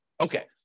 Okay